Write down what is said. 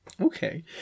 Okay